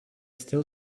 still